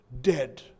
dead